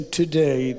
today